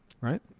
right